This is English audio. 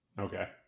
okay